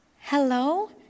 Hello